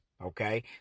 Okay